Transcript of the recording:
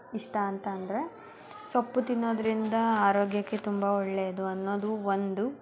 ಇಷ್ಟ ಅಂತಂದರೆ ಸೊಪ್ಪು ತಿನ್ನೋದರಿಂದ ಆರೋಗ್ಯಕ್ಕೆ ತುಂಬ ಒಳ್ಳೆಯದು ಅನ್ನೋದು ಒಂದು